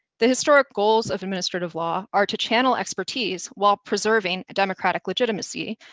the historic goals of administrative law are to channel expertise while preserving democratic legitimacy,